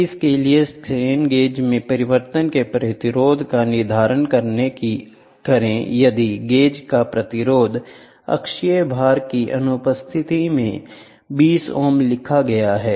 इसलिए strain gauge में परिवर्तन के प्रतिरोध का निर्धारण करें यदि गेज का प्रतिरोध अक्षीय भार की अनुपस्थिति में 20 ओम लिखा गया था